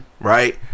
Right